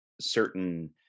certain